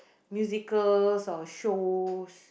musical or shows